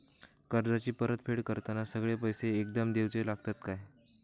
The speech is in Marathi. कर्जाची परत फेड करताना सगळे पैसे एकदम देवचे लागतत काय?